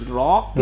rock